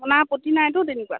আপোনাৰ আপত্তি নাইতো তেনেকুৱা